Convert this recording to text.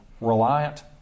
Reliant